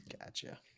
Gotcha